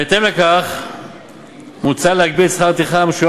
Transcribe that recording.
בהתאם לכך מוצע להגביל את שכר הטרחה המשולם